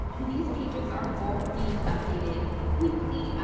and these pages are both being updated weekly,